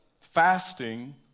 Fasting